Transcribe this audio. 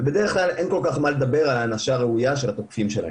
בדרך כלל אין כל כך מה לדבר על הענשה ראויה של התוקפים שלהם.